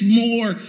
more